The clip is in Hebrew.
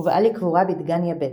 הובאה לקבורה בדגניה ב'.